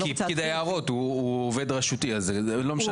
לא, כי זה יערות, הוא עובד רשותי, לא משנה.